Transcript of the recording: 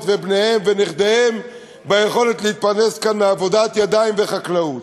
ובניהם ונכדיהם ביכולת להתפרנס כאן מעבודת ידיים וחקלאות.